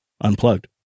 unplugged